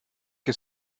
que